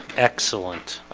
excellent,